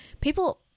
people –